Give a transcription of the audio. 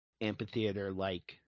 amphitheater-like